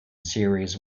series